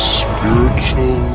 spiritual